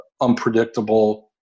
unpredictable